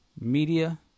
media